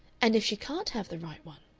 and if she can't have the right one?